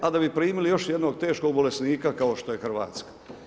A da bi primili još jednog teškog bolesnika kao što je Hrvatska.